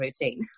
routine